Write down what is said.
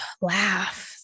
laugh